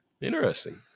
Interesting